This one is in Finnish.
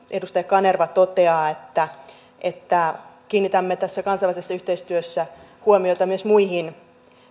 edustaja kanerva toteaa että että kiinnitämme tässä kansainvälisessä yhteistyössä huomiota myös muihin